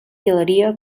galeria